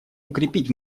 укрепить